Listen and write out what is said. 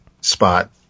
spot